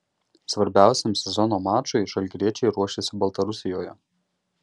svarbiausiam sezono mačui žalgiriečiai ruošiasi baltarusijoje